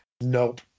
Nope